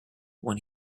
when